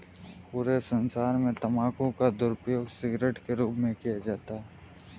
पूरे संसार में तम्बाकू का दुरूपयोग सिगरेट के रूप में किया जाता है